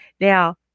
Now